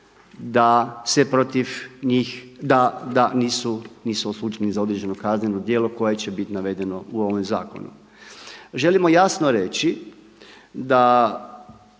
da nisu osuđeni za određeno kazneno djelo koje će biti navedeno u ovome zakonu. Želimo jasno reći da